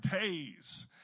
days